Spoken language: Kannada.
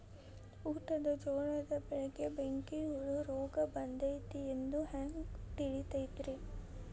ಊಟದ ಜೋಳದ ಬೆಳೆಗೆ ಬೆಂಕಿ ಹುಳ ರೋಗ ಬಂದೈತಿ ಎಂದು ಹ್ಯಾಂಗ ತಿಳಿತೈತರೇ?